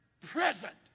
present